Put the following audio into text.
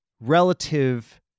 relative